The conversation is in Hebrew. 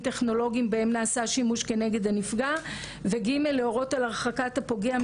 אז יש איזוק אלקטרוני, ויש מצלמות, אני רק אומרת.